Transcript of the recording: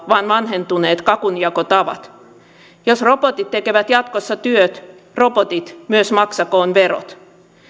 vaan vanhentuneet kakunjakotavat jos robotit tekevät jatkossa työt robotit myös maksakoot verot